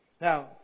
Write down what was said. Now